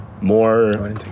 more